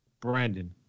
Brandon